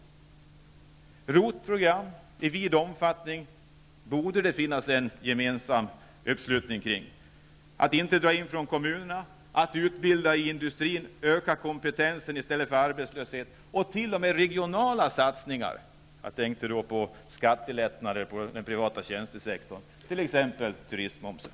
ROT-program i vid omfattning borde det finnas allmän uppslutning kring, likaså om att inte dra in pengar från kommunerna, om att utbilda människor i industrin och öka deras kompetens i stället för att driva ut dem i arbetslöshet, och t.o.m. om regionala satsningar -- jag tänker då på skattelättnader i den privata tjänstesektorn, t.ex. i fråga om turistmomsen.